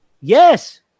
yes